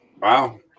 Wow